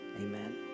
Amen